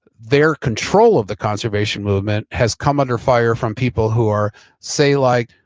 their control of the conservation movement has come under fire from people who are say like,